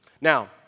Now